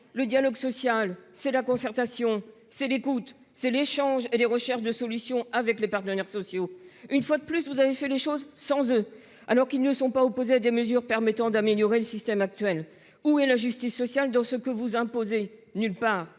le dialogue social c'est la concertation, c'est l'écoute c'est l'échange et des recherches de solutions avec les partenaires sociaux. Une fois de plus, vous avez fait les choses sans eux alors qu'ils ne sont pas opposés à des mesures permettant d'améliorer le système actuel, où est la justice sociale dans ce que vous imposez nulle part,